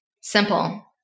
simple